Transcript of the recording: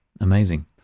amazing